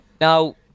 Now